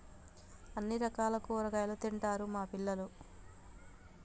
అన్ని రకాల కూరగాయలు తింటారు మా పిల్లలు